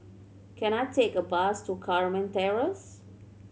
can I take a bus to Carmen Terrace